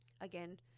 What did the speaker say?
Again